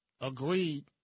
Agreed